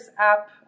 app